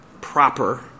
proper